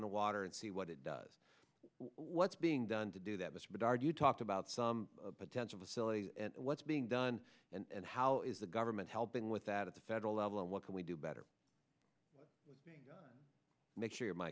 in the water and see what it does what's being done to do that disregard you talked about some potential facility and what's being done and how is the government helping with that at the federal level and what can we do better make sure my